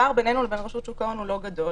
הפער בינינו ובין רשות שוק ההון לא גדול.